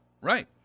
Right